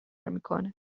میکنه